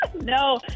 No